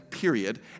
period